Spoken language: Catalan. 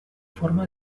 forma